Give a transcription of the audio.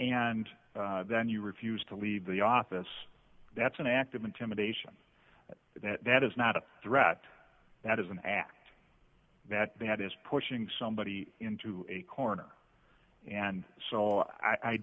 and then you refuse to leave the office that's an act of intimidation that that is not a threat that is an act that that is pushing somebody into a corner and so i